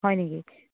হয় নেকি